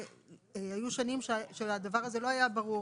היו שנים שהדבר הזה לא היה ברור,